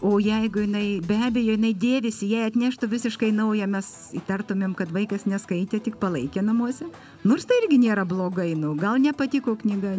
o jeigu jinai be abejo jinai dėvisi jei atneštų visiškai naują mes įtartumėm kad vaikas neskaitė tik palaikė namuose nors tai irgi nėra blogai nu gal nepatiko knyga